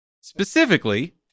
Specifically